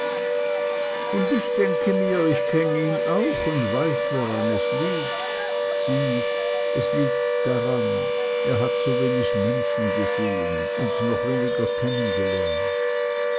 und ich denke mir ich kenn ihn auch und weiß woran es liegt sieh es liegt daran er hat so wenig menschen gesehen und noch weniger kennengelernt